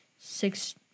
six